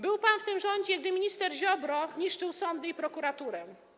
Był pan w tym rządzie, gdy minister Ziobro niszczył sądy i prokuraturę.